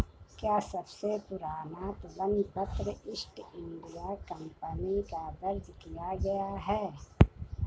क्या सबसे पुराना तुलन पत्र ईस्ट इंडिया कंपनी का दर्ज किया गया है?